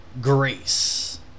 Grace